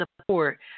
support